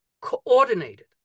coordinated